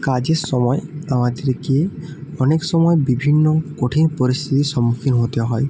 কাজের সময় আমাদেরকে অনেক সময় বিভিন্ন কঠিন পরিস্থিতির সম্মুখীন হতে হয়